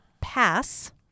pass